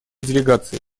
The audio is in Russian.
делегации